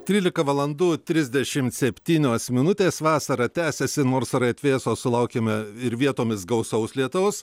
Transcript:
trylika valandų trisdešimt septynios minutės vasara tęsiasi nors orai atvėso sulaukėme ir vietomis gausaus lietaus